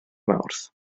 mawrth